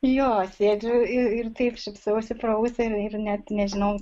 jo sėdžiu ir ir taip šypsausi pro ausį ir net nežinau